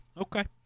okay